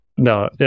no